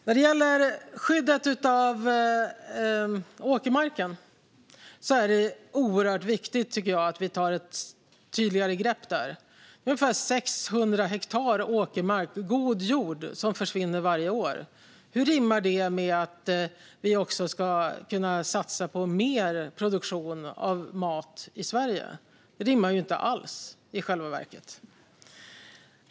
När det gäller skyddet av åkermarken är det oerhört viktigt, tycker jag, att vi tar ett tydligare grepp. Ungefär 600 hektar åkermark, god jord, försvinner varje år. Hur rimmar detta med att vi ska kunna satsa på mer produktion av mat i Sverige? Det rimmar inte alls, i själva verket.